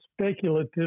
speculative